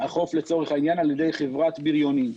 החוף לצורך העניין על ידי חברת בריונים.